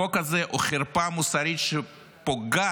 החוק הזה הוא חרפה מוסרית שפוגעת